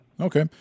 Okay